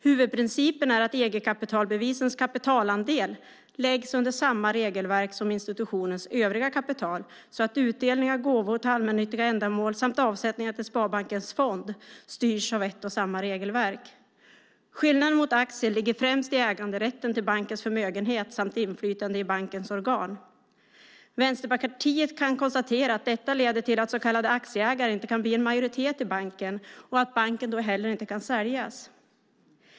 Huvudprincipen är att egenkapitalbevisens kapitalandel läggs under samma regelverk som institutionens övriga kapital så att utdelningar, gåvor till allmännyttiga ändamål samt avsättningar till sparbankens fond styrs av ett och samma regelverk. Skillnaden mot aktier ligger främst i äganderätten till bankens förmögenhet samt inflytande i bankens organ. Vänsterpartiet kan konstatera att detta leder till att så kallade aktieägare inte kan bli en majoritet i banken, och att banken då inte heller kan säljas.